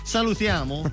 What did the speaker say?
Salutiamo